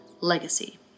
legacy